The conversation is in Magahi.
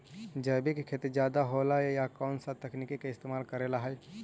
जैविक खेती ज्यादा होये ला कौन से तकनीक के इस्तेमाल करेला हई?